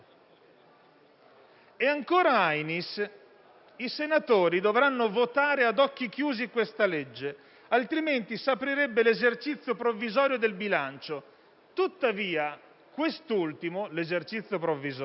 Ancora Ainis: «I senatori dovranno votare ad occhi chiusi questa legge, altrimenti si aprirebbe l'esercizio provvisorio del bilancio. Tuttavia, quest'ultimo - l'esercizio provvisorio